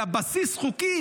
אלא בבסיס חוקי,